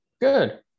Good